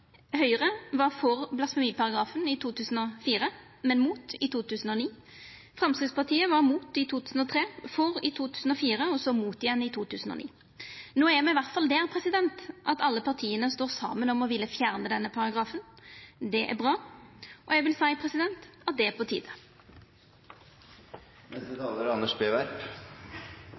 Høgre var for blasfemiparagrafen i 2004, men mot i 2009. Framstegspartiet var mot i 2003, for i 2004, og så mot igjen i 2009. No er me i alle fall der at alle partia står saman om å vilja fjerna denne paragrafen. Det er bra. Eg vil seia at det er på